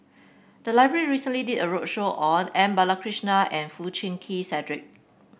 the library recently did a roadshow on M Balakrishnan and Foo Chee Keng Cedric